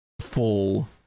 full